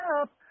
up